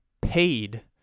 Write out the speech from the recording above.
paid